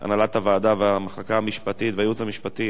הנהלת הוועדה והייעוץ המשפטי אין חוקים,